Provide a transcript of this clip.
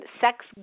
Sex